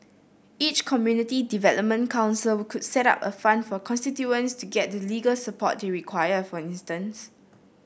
each community development council could set up a fund for constituents to get the legal support they require for instance